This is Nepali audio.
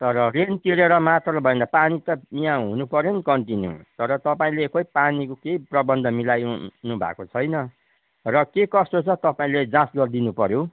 तर रेन्ट तिरेर मात्र भएन पानी त यहाँ हुनु पऱ्यो नि कन्टिन्यु तर तपाईँले खोइ पानीको केही प्रबन्ध मिलाउनु भएको छैन र के कस्तो छ तपाईँले जाँच गरिदिनु पऱ्यो